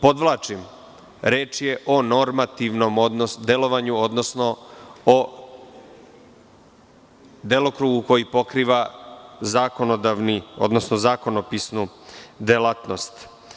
Podvlačim, reč je o normativnom delovanju, odnosno o delokrugu koji pokriva zakonodavni, odnosno zakonodavnu delatnost.